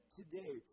today